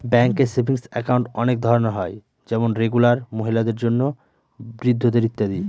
ব্যাঙ্কে savings account অনেক ধরনের হয় যেমন রেগুলার, মহিলাদের জন্য, বৃদ্ধদের ইত্যাদি